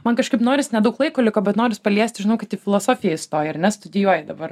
man kažkaip noris nedaug laiko liko bet noris paliesti žinau kad į filosofiją įstojai ar ne studijuoji dabar